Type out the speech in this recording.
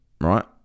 right